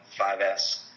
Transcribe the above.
5S